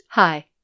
Hi